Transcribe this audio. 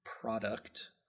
product